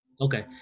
Okay